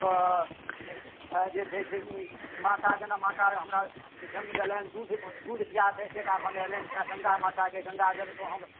तऽ जे छै से ई माता जेना माता हमरा जे जन्म देलनि दूध दूधकेँ पियाके एतेक टा बनेलनि सएह गङ्गा माताके गङ्गाजलसँ हम